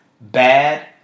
bad